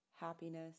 happiness